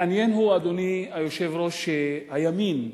מעניין הוא, אדוני היושב-ראש, שהימין,